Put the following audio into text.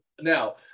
Now